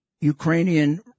Ukrainian